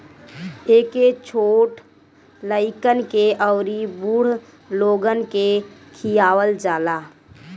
एके छोट लइकन के अउरी बूढ़ लोगन के खियावल जाला